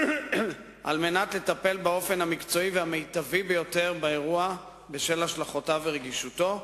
כדי לטפל באירוע באופן המקצועי ביותר והמיטבי בשל השלכותיו ורגישותו.